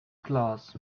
class